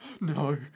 no